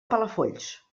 palafolls